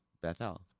Bethel